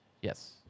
Yes